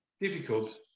difficult